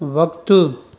वक़्ति